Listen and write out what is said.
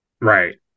Right